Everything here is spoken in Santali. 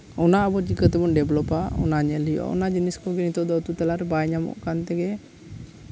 ᱚᱱᱟ ᱟᱵᱚ ᱪᱤᱠᱟᱹ ᱛᱮᱵᱚᱱ ᱰᱮᱵᱷᱞᱚᱯᱼᱟ ᱚᱱᱟ ᱧᱮᱞ ᱦᱩᱭᱩᱜᱼᱟ ᱚᱱᱟ ᱡᱤᱱᱤᱥ ᱠᱚᱜᱮ ᱱᱤᱛᱚᱜ ᱫᱚ ᱟᱹᱛᱩ ᱛᱟᱞᱟᱨᱮ ᱵᱟᱭ ᱧᱟᱢᱚᱜ ᱠᱟᱱ ᱛᱮᱜᱮ